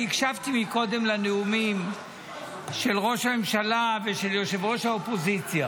אני הקשבתי קודם לנאומים של ראש הממשלה ושל ראש האופוזיציה,